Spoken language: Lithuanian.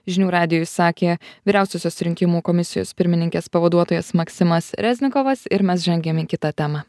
žinių radijui sakė vyriausiosios rinkimų komisijos pirmininkės pavaduotojas maksimas reznikovas ir mes žengiame į kitą temą